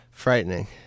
Frightening